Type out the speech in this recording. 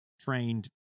trained